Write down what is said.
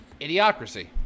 Idiocracy